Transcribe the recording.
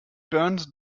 burned